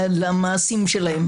למעשיהם.